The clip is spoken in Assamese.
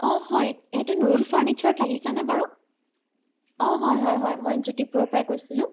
অঁ হয় এইটো নুৰুল ফাৰ্নিচাৰত লাগিছেনে বাৰু অঁ হয় হয় হয় মই জ্যোতিপুৰৰ পৰাই কৈছিলোঁ